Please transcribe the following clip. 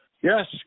Yes